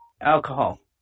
alcohol